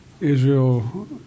Israel